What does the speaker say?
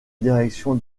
direction